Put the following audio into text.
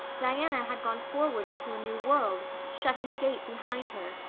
diana had gone forward into a new world, shutting a gate behind her,